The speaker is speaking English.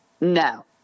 no